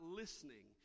listening